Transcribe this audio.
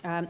ääni